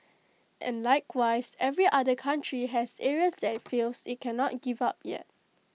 and likewise every other country has areas that IT feels IT cannot give up yet